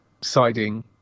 siding